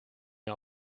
mir